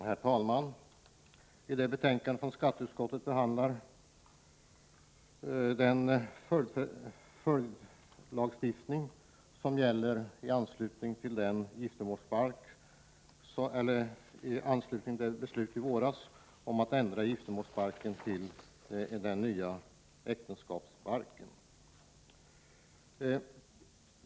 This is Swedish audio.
Herr talman! I detta betänkande från skatteutskottet behandlas följdändringar med anledning av att riksdagen våren 1987 beslutade att giftermålsbalken skulle ändras till en äktenskapsbalk.